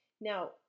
Now